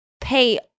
pay